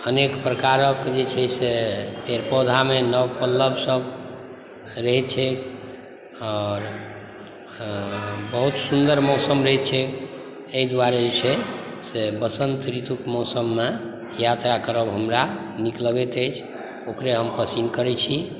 अनेक प्रकारक जे छै से पेड़ पौधामे नव पल्लव सब रहै छै बहुत सुन्दर मौसम रहै छै एहि दुआरे जे छै से बसन्त ऋतुके मौसममे यात्रा करब हमरा नीक लगैत अछि ओकरे हम पसिन्न करै छी